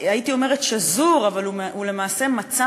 הייתי אומרת "שזור" אבל הוא למעשה מצע